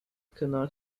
cannot